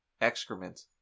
excrement